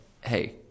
hey